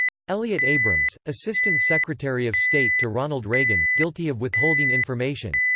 elliott abrams, assistant secretary of state to ronald reagan, guilty of withholding information,